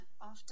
often